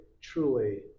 truly